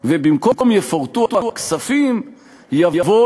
האמורה"/ ובמקום "יפורטו הכספים" יבוא